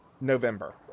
November